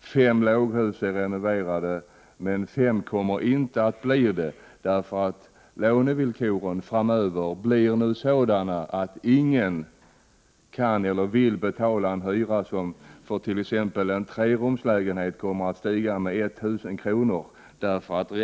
fem låghus har renoverats, medan fem hus inte kommer att renoveras därför att lånevillkoren framöver blir sådana att ingen kan eller vill betala en hyra för t.ex. en trerumslägenhet som kommer att stiga med 1 000 kr.